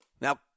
Now